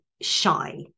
shy